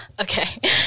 Okay